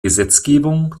gesetzgebung